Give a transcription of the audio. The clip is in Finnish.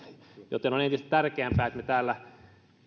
joten on entistä tärkeämpää että me täällä